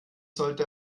sollte